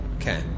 Okay